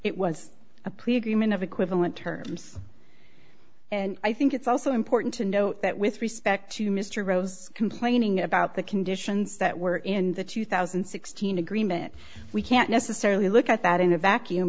it was a plea agreement of equivalent terms and i think it's also important to note that with respect to mr rose complaining about the conditions that were in the two thousand and sixteen agreement we can't necessarily look at that in a vacuum